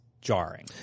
jarring